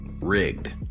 rigged